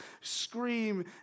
scream